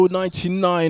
99